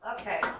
Okay